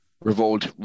Revolt